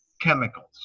chemicals